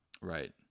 Right